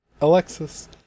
Alexis